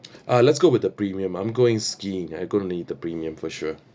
ah let's go with the premium I'm going skiing I'm going to need the premium for sure